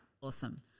awesome